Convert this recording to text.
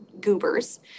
goobers